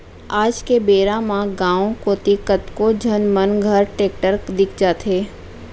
आज के बेरा म गॉंव कोती कतको झन मन घर टेक्टर दिख जाथे